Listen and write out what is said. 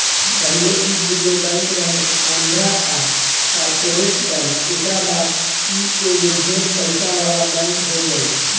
पहिले ई दुगो बैंक रहे आंध्रा आ कॉर्पोरेट बैंक एकरा बाद ई एगो ढेर पइसा वाला बैंक हो गईल